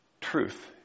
truth